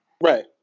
Right